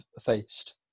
faced